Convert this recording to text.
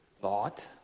Thought